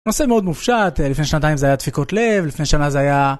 נושא מאוד מופשט, לפני שנתיים זה היה דפיקות לב, לפני שנה זה היה...